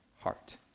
heart